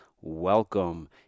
welcome